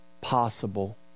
possible